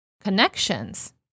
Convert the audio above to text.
connections